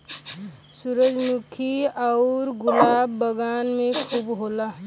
सूरजमुखी आउर गुलाब बगान में खूब होला